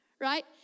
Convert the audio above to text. right